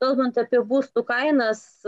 kalbant apie būstų kainas